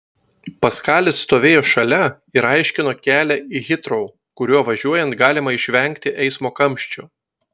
paskalis stovėjo šalia ir aiškino kelią į hitrou kuriuo važiuojant galima išvengti eismo kamščių